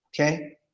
okay